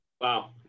Wow